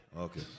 Okay